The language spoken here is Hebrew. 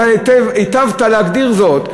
אתה היטבת להגדיר זאת,